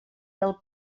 del